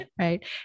right